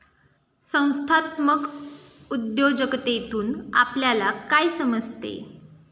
संस्थात्मक उद्योजकतेतून आपल्याला काय समजते?